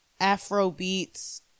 Afrobeats